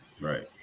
Right